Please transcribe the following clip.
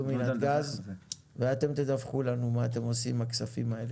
מהגז ואתם תדווחו לנו מה אתם עושים עם הכספים האלה,